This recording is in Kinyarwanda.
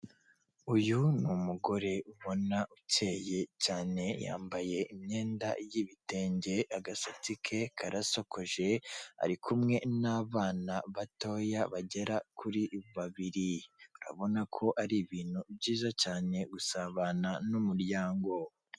Uyu ni umugore ubona ukeye cyane yambaye imyenda y'ibitenge agasatsi ke karasokoje, ari kumwe n'abana batoya bagera kuri babiri, urabona ko ari ibintu byiza cyane gusabana n'umuryango.